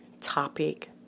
topic